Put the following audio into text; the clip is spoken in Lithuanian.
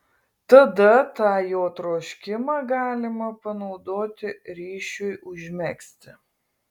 tada tą jo troškimą galima panaudoti ryšiui užmegzti